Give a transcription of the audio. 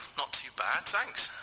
not too bad, thanks.